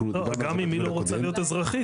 גם אם היא לא רוצה להיות אזרחית,